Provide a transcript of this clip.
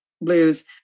lose